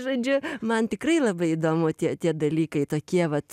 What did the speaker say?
žodžiu man tikrai labai įdomu tie tie dalykai tokie vat